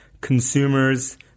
consumers